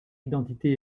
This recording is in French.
identité